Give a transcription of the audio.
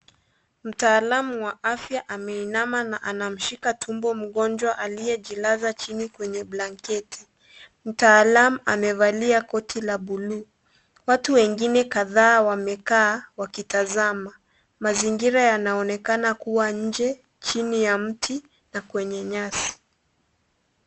Mtaalam wa afya ameinama na anamshika tumbo mgonjwa aliyejilaza chini kwenye blankketi. Mtaalam amevalia koti la buluu. Watu wengine kadhaa wamekaa wakitazama. Mazingira yanaonekana kuwa nje, chini ya mti, na kwenye nyasi.